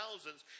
thousands